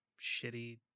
shitty